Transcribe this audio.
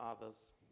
others